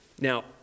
Now